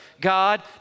God